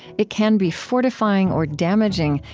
it can be fortifying or damaging,